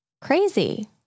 Crazy